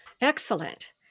Excellent